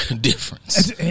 difference